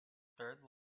third